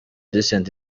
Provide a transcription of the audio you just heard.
decent